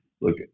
look